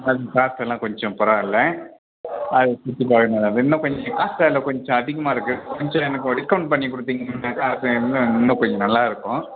அது பார்க்க எல்லாம் கொஞ்சம் பரவாயில்லை அது சுற்றி பார்க்கணும் இன்னும் கொஞ்சம் காசு அதில் கொஞ்சம் அதிகமாக இருக்குது கொஞ்சம் எனக்கு ஒரு டிஸ்கவுண்ட் பண்ணி கொடுத்தீங்கன்னா இன்னும் இன்னும் கொஞ்சம் நல்லாயிருக்கும்